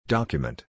Document